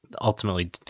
ultimately